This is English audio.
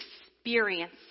experience